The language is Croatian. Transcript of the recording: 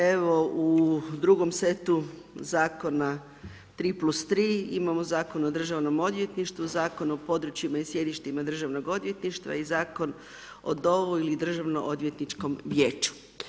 Evo u drugom setu zakona 3+3 imamo Zakon o državnom odvjetništvu, Zakon o područjima i sjedištima državnog odvjetništva i Zakon o DOV-u ili Državno odvjetničkom vijeću.